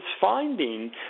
finding